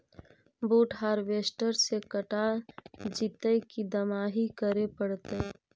बुट हारबेसटर से कटा जितै कि दमाहि करे पडतै?